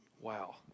Wow